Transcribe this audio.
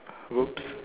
whoops